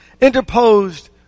interposed